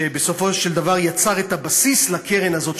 שבסופו של דבר יצר את הבסיס לקרן הזאת,